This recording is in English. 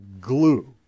glue